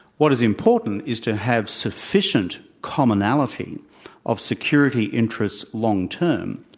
what is important is to have sufficient commonality of security interests long term,